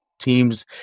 teams